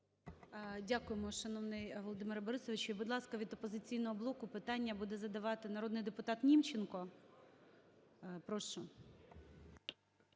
Дякуємо, шановний Володимир Борисович. Будь ласка, від "Опозиційного блоку" питання буде задавати народний депутат Німченко. Прошу.